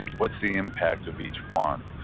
what's the impact of each one.